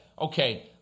okay